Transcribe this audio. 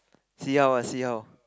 see how ah see how